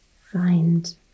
find